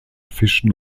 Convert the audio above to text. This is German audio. fischen